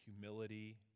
humility